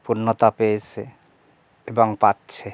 পূর্ণতা পেয়েছে এবং পাচ্ছে